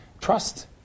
trust